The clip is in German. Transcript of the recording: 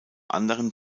anderen